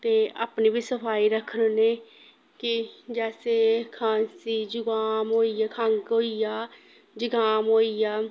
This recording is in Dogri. ते अपनी बी सफाई रक्खने होन्ने कि जैसे खांसी जकाम होई गेआ खंघ होई गेआ जकाम होई गेआ